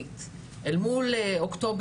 כמו שבזמנו היה מכון אדווה,